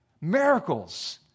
Miracles